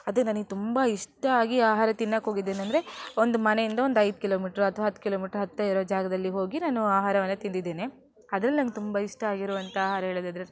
ಅದು ನನಗ್ ತುಂಬ ಇಷ್ಟ ಆಗಿ ಆಹಾರ ತಿನ್ನಕ್ಕೆ ಹೋಗಿದ್ದೇನೆ ಅಂದರೆ ಒಂದು ಮನೆಯಿಂದ ಒಂದು ಐದು ಕಿಲೋಮೀಟ್ರು ಅಥ್ವಾ ಹತ್ತು ಕಿಲೋಮೀಟ್ರು ಹತ್ತಿರ ಇರೋ ಜಾಗದಲ್ಲಿ ಹೋಗಿ ನಾನು ಆಹಾರವನ್ನು ತಿಂದಿದ್ದೇನೆ ಅದ್ರಲ್ಲಿ ನಂಗೆ ತುಂಬ ಇಷ್ಟ ಆಗಿರುವಂಥ ಆಹಾರ ಹೇಳೋದಾದ್ರೆ